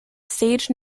stage